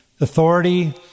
authority